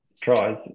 tries